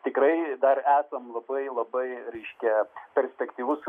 tikrai dar esam labai labai reiškia perspektyvus